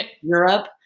Europe